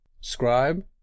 Scribe